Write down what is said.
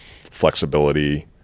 flexibility